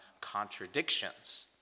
contradictions